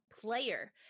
player